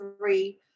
three